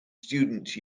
student